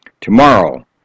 tomorrow